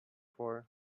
for